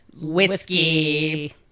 whiskey